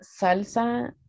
salsa